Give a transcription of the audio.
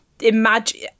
imagine